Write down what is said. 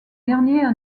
derniers